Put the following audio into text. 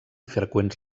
freqüents